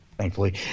Thankfully